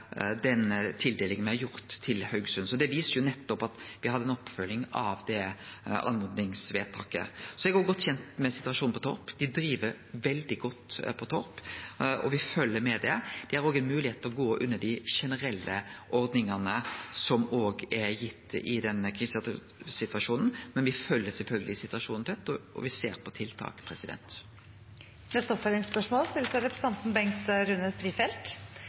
den tildelinga me har gjort til Haugesund, og det viser jo nettopp at me hadde ei oppfølging av det oppmodingsvedtaket. Eg er godt kjend med situasjonen på Torp. Dei driv veldig godt på Torp, og me følgjer med der. Dei har òg ein moglegheit til å kome under dei generelle ordningane som er gitt i denne krisesituasjonen. Men me følgjer sjølvsagt situasjonen tett, og me ser på tiltak. Bengt Rune Strifeldt – til oppfølgingsspørsmål.